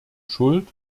schuld